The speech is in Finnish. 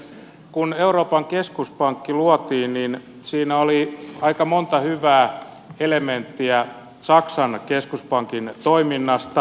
kun euroopan keskuspankki luotiin siinä oli aika monta hyvää elementtiä saksan keskuspankin toiminnasta